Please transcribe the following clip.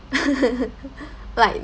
like